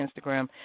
Instagram